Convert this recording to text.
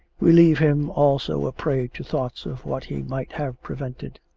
we leave him also a prey to thoughts of what he might have prevented.